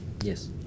Yes